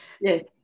Yes